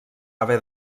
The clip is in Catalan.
haver